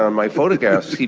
um my photographs,